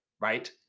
Right